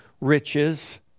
riches